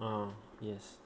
ah yes